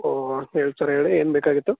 ಓ ಹೇಳಿ ಸರ್ ಹೇಳಿ ಏನು ಬೇಕಾಗಿತ್ತು